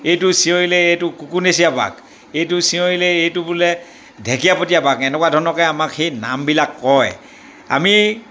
এইটো চিঞৰিলে এইটো কুকুনেচীয়া বাঘ এইটো চিঞৰিলে এইটো বোলে ঢেকীয়াপতীয়া বাঘ এনেকুৱা ধৰণকে আমাক সেই নামবিলাক কয় আমি